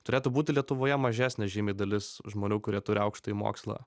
turėtų būti lietuvoje mažesnė žymiai dalis žmonių kurie turi aukštąjį mokslą